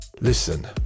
Listen